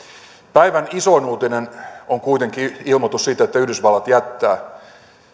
päivän isoin uutinen on kuitenkin ilmoitus siitä että yhdysvallat jättää